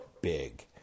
big